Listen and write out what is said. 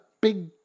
big